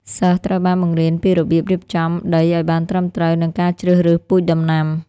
សិស្សត្រូវបានបង្រៀនពីរបៀបរៀបចំដីឱ្យបានត្រឹមត្រូវនិងការជ្រើសរើសពូជដំណាំ។